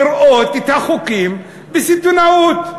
לראות את החוקים בסיטונאות.